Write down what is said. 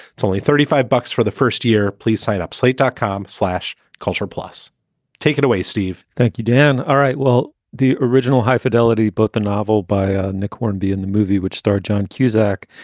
it's only thirty five bucks for the first year. please sign up slate dot com slash culture plus take it away, steve thank you, dan. all right. well, the original high fidelity boat, the novel by ah nick hornby in the movie, which starred john cusack.